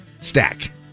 stack